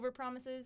overpromises